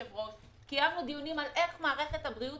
קיימנו דיונים על איך מערכת הבריאות